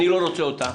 אני לא רוצה אותה.